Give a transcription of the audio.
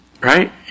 right